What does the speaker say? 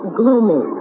gloomy